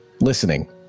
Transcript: listening